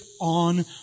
on